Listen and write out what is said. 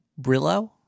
Brillo